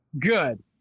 good